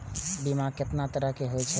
बीमा केतना तरह के हाई छै?